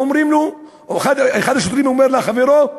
ואחד השוטרים אומר לחברו: